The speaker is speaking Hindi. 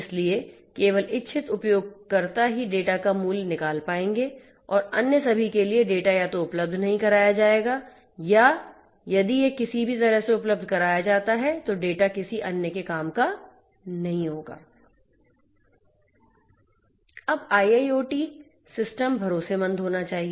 इसलिए केवल इच्छित उपयोगकर्ता ही डेटा का मूल्य निकाल पाएंगे और अन्य सभी के लिए डेटा या तो उपलब्ध नहीं कराया जाएगा या यदि यह किसी भी तरह से उपलब्ध कराया जाता है तो डेटा किसी अन्य के काम का नहीं होगा अब IIoT सिस्टम भरोसेमंद होना चाहिए